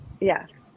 Yes